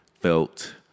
felt